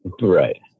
Right